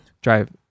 drive